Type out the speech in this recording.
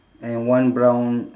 and one brown